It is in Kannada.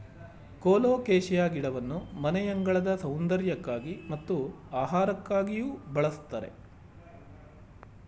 ಕೊಲೋಕೇಶಿಯ ಗಿಡವನ್ನು ಮನೆಯಂಗಳದ ಸೌಂದರ್ಯಕ್ಕಾಗಿ ಮತ್ತು ಆಹಾರಕ್ಕಾಗಿಯೂ ಬಳ್ಸತ್ತರೆ